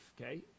okay